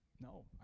No